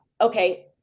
okay